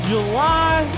July